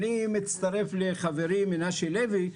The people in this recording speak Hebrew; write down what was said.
אני מצטרף לחברי מנשה לוי,